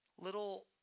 little